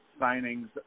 signings